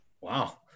Wow